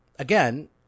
Again